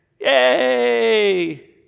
Yay